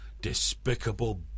despicable